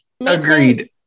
Agreed